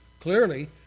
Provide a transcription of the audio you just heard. Clearly